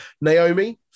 Naomi